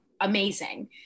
amazing